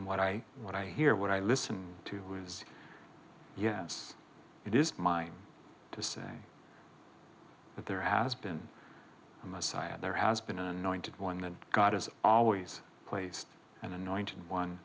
what i what i hear what i listened to was yes it is mine to say that there has been a messiah there has been anointed one that god has always placed an anointed one